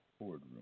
boardroom